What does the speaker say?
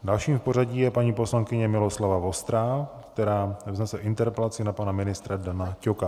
Další v pořadí je paní poslankyně Miloslava Vostrá, která vznese interpelaci na pana ministra Dana Ťoka.